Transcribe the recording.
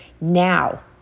now